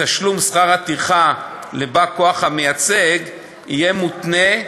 שתשלום שכר הטרחה לבא-כוח המייצג יהיה מותנה,